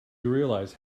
realize